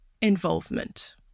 involvement